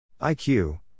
IQ